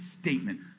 statement